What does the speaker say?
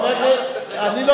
חבר הכנסת, אני מייד חוזר.